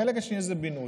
החלק השני זה בינוי.